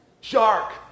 Shark